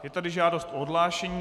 Je tady žádost o odhlášení.